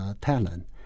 talent